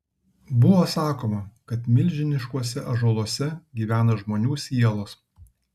buvo sakoma kad milžiniškuose ąžuoluose gyvena žmonių sielos